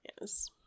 Yes